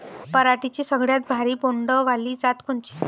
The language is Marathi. पराटीची सगळ्यात भारी बोंड वाली जात कोनची?